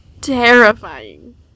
terrifying